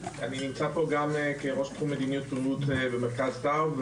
אני נמצא פה גם כראש תחום מדיניות בריאות במרכז טאוב.